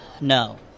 No